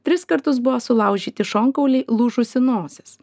tris kartus buvo sulaužyti šonkauliai lūžusi nosis